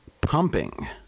pumping